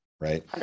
right